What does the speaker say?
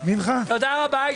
תודה רבה.